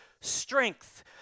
Strength